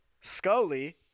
Scully